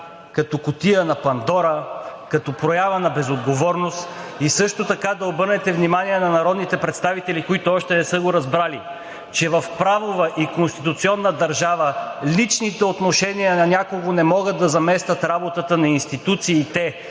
като кутия на Пандора, като проява на безотговорност. Също така да обърнете внимание на народните представители, които още не са го разбрали – че в правова и конституционна държава личните отношения на някого не могат да заместят работата на институциите